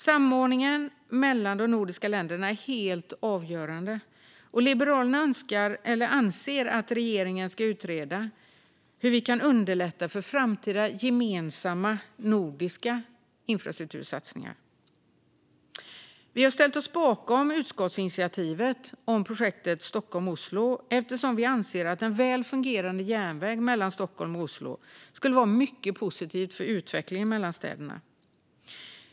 Samordningen mellan de nordiska länderna är helt avgörande. Liberalerna anser att regeringen ska utreda hur vi organisatoriskt kan underlätta för framtida gemensamma nordiska infrastruktursatsningar. Vi har ställt oss bakom utskottsinitiativet om projektet Stockholm-Oslo eftersom vi anser att en väl fungerande järnväg mellan Stockholm och Oslo skulle vara mycket positivt för utvecklingen mellan städerna.